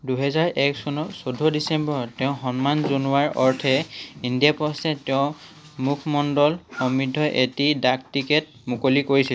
দুহেজাৰ এক চনৰ চৈধ্য ডিচেম্বৰত তেওঁক সন্মান জনোৱাৰ অৰ্থে ইণ্ডিয়া পোষ্টে তেওঁৰ মুখমণ্ডল সমৃদ্ধ এটি ডাক টিকেট মুকলি কৰিছিল